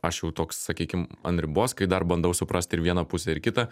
aš jau toks sakykim ant ribos kai dar bandau suprasti ir vieną pusę ir kitą